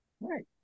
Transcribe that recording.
Right